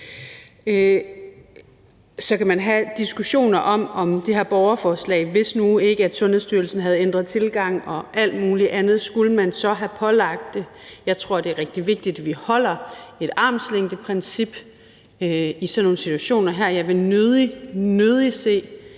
Så kan man i forhold til det her borgerforslag have diskussioner om, at hvis Sundhedsstyrelsen nu ikke havde ændret tilgang og alt muligt andet, skulle man så have pålagt det? Jeg tror, det er rigtig vigtigt, at vi har et armslængdeprincip i sådan nogle situationer her. Jeg ville nødig – nødig –